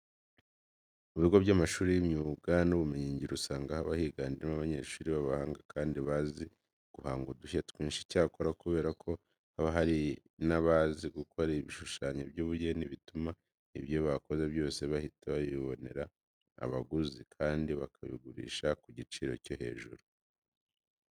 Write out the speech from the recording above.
Mu bigo by'amashuri y'imyuga n'ubumenyingiro usanga haba higamo abanyeshuri b'abahanga kandi bazi guhanga udushya twinshi. Icyakora kubera ko haba harimo n'abazi gukora ibishushanyo by'ubugeni, bituma ibyo bakoze byose bahita babibonera abaguzi kandi bakabigurisha ku giciro cyo hejuru.